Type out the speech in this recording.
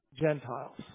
Gentiles